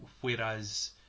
Whereas